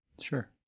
Sure